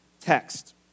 text